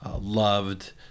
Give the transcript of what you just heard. loved